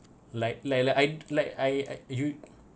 like like like I'd like I you